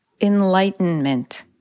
Enlightenment